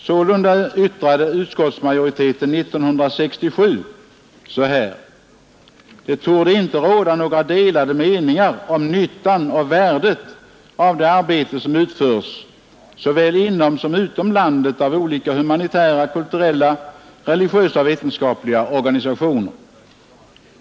Sålunda yttrade utskottsmajoriteten 1967 följande: ”Det torde inte råda några delade meningar om nyttan och värdet av det arbete, som utförs såväl inom som utom landet av olika humanitära, kulturella, religiösa och vetenskapliga organisationer.